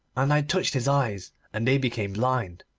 and i touched his eyes, and they became blind.